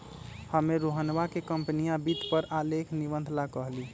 हम्मे रोहनवा के कंपनीया वित्त पर एक आलेख निबंध ला कहली